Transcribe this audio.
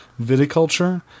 Viticulture